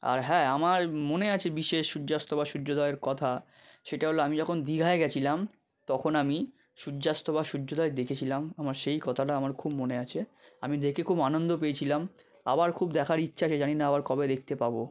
আর হ্যাঁ আমার মনে আছে বিশেষ সূর্যাস্ত বা সূর্যোদয়ের কথা সেটা হলো আমি যখন দীঘায় গেছিলাম তখন আমি সূর্যাস্ত বা সূর্যোদয় দেখেছিলাম আমার সেই কথাটা আমার খুব মনে আছে আমি দেখে খুব আনন্দ পেয়েছিলাম আবার খুব দেখার ইচ্ছা আছে জানি না আবার কবে দেখতে পাবো